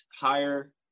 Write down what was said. higher